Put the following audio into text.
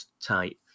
tight